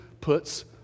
puts